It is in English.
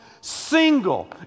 single